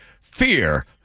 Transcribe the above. fear